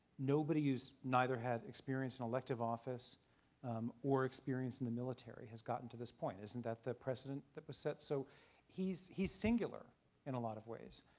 nobody whose neither had the experience in elective office or experience in the military has gotten to this point. isn't that the precedent that was set? so he's he's singular in a lot of ways.